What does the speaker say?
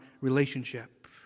relationship